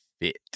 fit